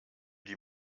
die